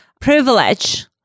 privilege